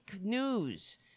news